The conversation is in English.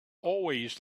always